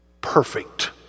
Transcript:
Perfect